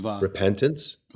repentance